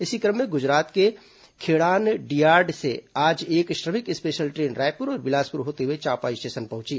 इसी क्रम में गुजरात के खेड़ानाडियाड से आज एक श्रमिक स्पेशल ट्रेन रायपुर और बिलासपुर होते हुए चांपा स्टेशन पहुंची